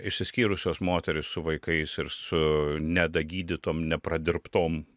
išsiskyrusios moterys su vaikais ir su nedagydytom nepradirbtom